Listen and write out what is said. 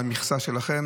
על המכסה שלכם,